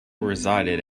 resided